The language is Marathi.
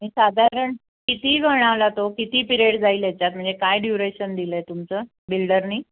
साधारण किती म्हणाला तो किती पिरेड जाईल ह्याच्यात म्हणजे काय ड्युरेशन दिलं आहे तुमचं बिल्डरनी